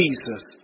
Jesus